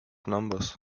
numbers